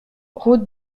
route